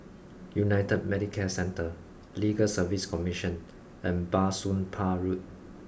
United Medicare Centre Legal Service Commission and Bah Soon Pah Road